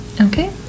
Okay